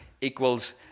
equals